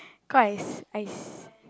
cause I I